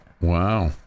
Wow